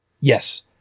Yes